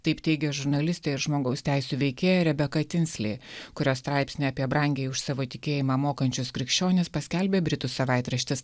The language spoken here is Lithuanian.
taip teigia žurnalistė ir žmogaus teisių veikėja rebeka tinsli kurios straipsnį apie brangiai už savo tikėjimą mokančius krikščionis paskelbė britų savaitraštis